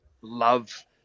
love